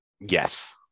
Yes